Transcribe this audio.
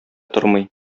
тормый